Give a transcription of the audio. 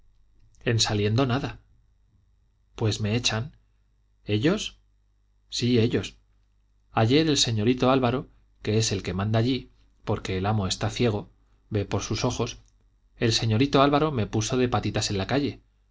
en saliendo nada pues me echan ellos sí ellos ayer el señorito álvaro que es el que manda allí porque el amo está ciego ve por sus ojos el señorito álvaro me puso de patitas en la calle